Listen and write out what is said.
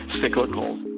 cyclical